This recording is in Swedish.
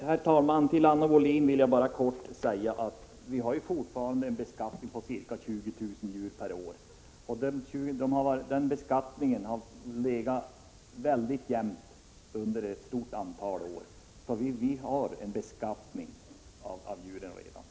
Herr talman! Till Anna Wohlin-Andersson vill jag bara säga att vi har en beskattning på ca 20 000 ejdrar per år, och beskattningen har legat väldigt jämnt under ett stort antal år. Vi har alltså en jämn beskattning av ejder.